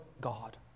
God